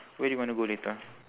where do you wanna go later